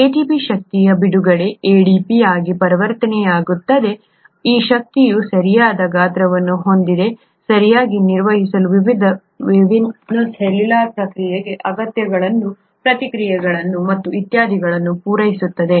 ATP ಶಕ್ತಿಯ ಬಿಡುಗಡೆಯಿಂದ ADP ಆಗಿ ಪರಿವರ್ತನೆಯಾಗುತ್ತದೆ ಮತ್ತು ಈ ಶಕ್ತಿಯು ಸರಿಯಾದ ಗಾತ್ರವನ್ನು ಹೊಂದಿದೆ ಸರಿಯಾಗಿ ನಿರ್ವಹಿಸಲು ವಿವಿಧ ವಿಭಿನ್ನ ಸೆಲ್ಯುಲಾರ್ ಪ್ರಕ್ರಿಯೆಗಳ ಅಗತ್ಯಗಳನ್ನು ಪ್ರತಿಕ್ರಿಯೆಗಳು ಮತ್ತು ಇತ್ಯಾದಿಗಳನ್ನು ಪೂರೈಸುತ್ತದೆ